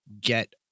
get